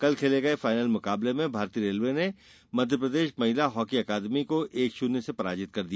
कल खेले गये फाइनल मुकाबले में भारतीय रेलवे ने मध्यप्रदेश महिला हॉकी अकादमी को एक शून्य से हरा दिया